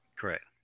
Correct